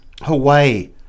Hawaii